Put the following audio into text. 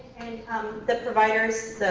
and the providers,